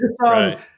Right